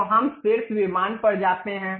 तो हम शीर्ष विमान पर जाते हैं